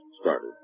started